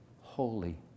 holy